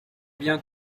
bien